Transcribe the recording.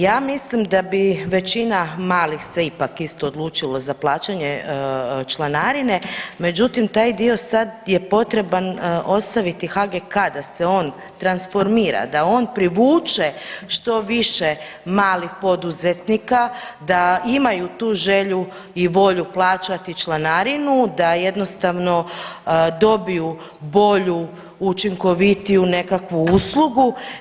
Ja mislim da bi većina malih se ipak isto odlučilo za plaćanje članarine, međutim taj dio sad je potreban ostaviti HGK da se on transformira, da on privuče što više malih poduzetnika, da imamu tu želju i volju plaćati članarinu, da jednostavno dobiju bolju, učinkovitiju nekakvu uslugu.